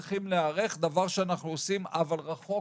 להיערך, דבר שאנחנו עושים, אבל רחוק